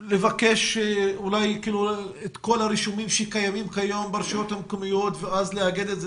ניתן לבקש את כל הרישומים שקיימים היום ברשויות למקומיות ולאגד את זה.